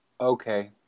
Okay